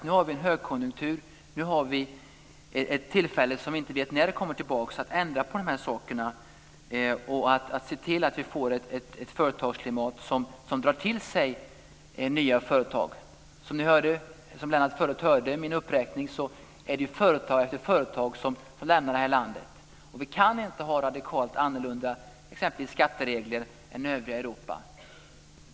Nu har vi en högkonjunktur och tillfälle - vi vet inte när det kommer tillbaka - att ändra på de här sakerna och se till att vi får ett företagsklimat som drar till sig nya företag. Som ni hörde i min uppräkning är det företag efter företag som får lämna det här landet. Vi kan t.ex. inte ha radikalt annorlunda skatteregler än övriga Europa.